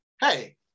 hey